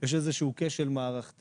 יש איזה שהוא כשל מערכתי